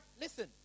Listen